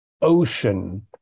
ocean